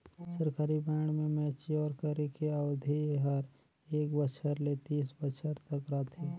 सरकारी बांड के मैच्योर करे के अबधि हर एक बछर ले तीस बछर तक रथे